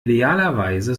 idealerweise